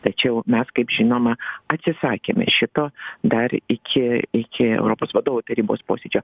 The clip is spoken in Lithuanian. tačiau mes kaip žinoma atsisakėme šito dar iki iki europos vadovų tarybos posėdžio